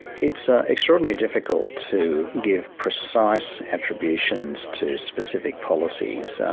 it's extraordinarily difficult to give precise attributions to specific policies.